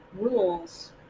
rules